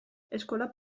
eskola